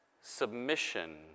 Submission